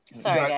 Sorry